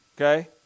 okay